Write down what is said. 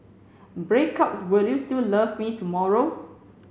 breakups will you still love me tomorrow